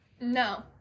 No